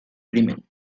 crimen